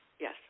Yes